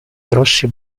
grossi